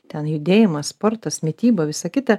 ten judėjimas sportas mityba visa kita